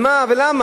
על מה ולמה?